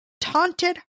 taunted